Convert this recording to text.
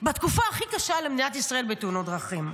בתקופה הכי קשה למדינת ישראל בתאונות דרכים.